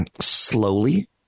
slowly